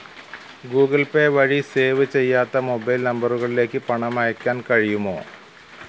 Google Pay വഴി save ചെയ്യാത്ത mobile നമ്പറുകളിലേക്ക് പണം അയയ്ക്കാൻ കഴിയുമോ